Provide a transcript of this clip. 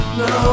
no